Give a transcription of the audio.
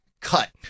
cut